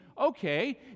Okay